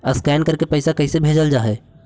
Scan करके पैसा कैसे भेजल जा हइ?